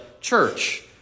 church